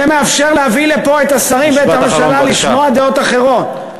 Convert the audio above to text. זה מאפשר להביא לפה את השרים ואת הממשלה לשמוע דעות אחרות.